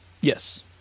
Yes